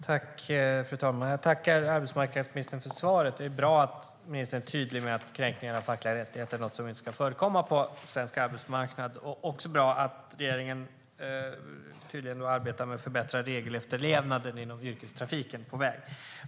Fru talman! Jag tackar arbetsmarknadsministern för svaret. Det är bra att ministern är tydlig med att kränkningar av fackliga rättigheter inte ska förekomma på svensk arbetsmarknad. Det är också bra att regeringen arbetar med att förbättra regelefterlevnaden inom yrkestrafiken på väg.